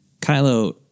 Kylo